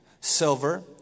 silver